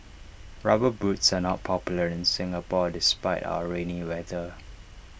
rubber boots are not popular in Singapore despite our rainy weather